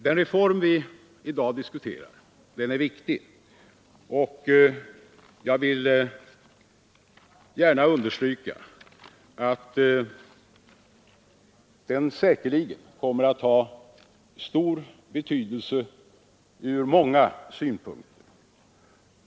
Den reform vi i dag diskuterar är viktig, och den kommer säkerligen att ha stor betydelse från många synpunkter.